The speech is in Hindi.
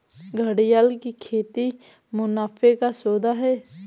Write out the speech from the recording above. घड़ियाल की खेती मुनाफे का सौदा है